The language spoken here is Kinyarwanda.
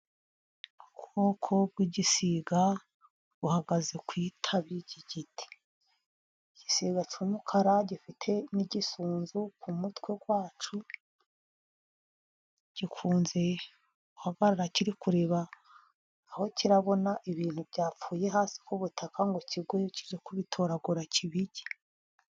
Ubwoko bw'igisiga buhagaze ku itabi ry'igiti. Igisiga cy'umukara gifite n'igisunzu ku mutwe wa cyo, gikunze guhagarara kiri kureba aho kirabona ibintu byapfuye hasi ku butaka, ngo kigwe yo kijye kubitoragura kibirye.